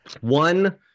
One